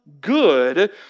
good